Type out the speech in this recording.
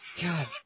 God